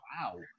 wow